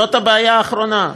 זאת הבעיה האחרונה.